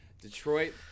Detroit